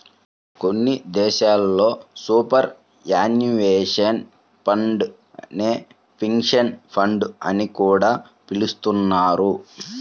కొన్ని దేశాల్లో superannuation fund నే పెన్షన్ ఫండ్ అని కూడా పిలుస్తున్నారు